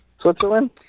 Switzerland